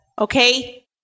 Okay